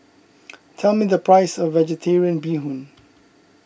tell me the price of Vegetarian Bee Hoon